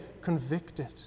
convicted